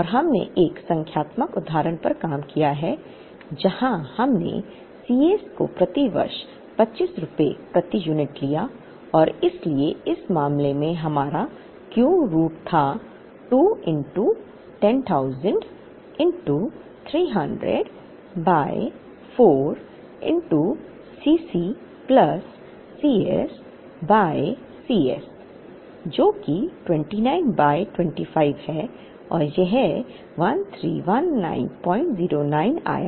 और हमने एक संख्यात्मक उदाहरण पर काम किया है जहां हमने C s को प्रति वर्ष 25 रुपये प्रति यूनिट लिया और इसलिए इस मामले में हमारा Q रूट था 2 10000 300 by 4 C c plus Cs by C s जो कि 29 बाय 25 है और यह 131909 आया